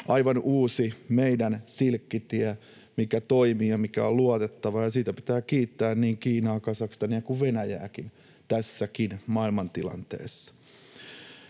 aivan uusi silkkitie, mikä toimii ja mikä on luotettava — ja siitä pitää kiittää niin Kiinaa, Kazakstania kuin Venäjääkin tässäkin maailmantilanteessa.